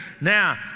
Now